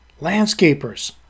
landscapers